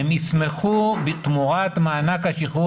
הם ישמחו תמורת מענק השחרור,